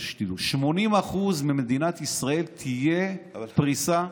כדי שתדעו: ב-80% ממדינת ישראל תהיה פריסה,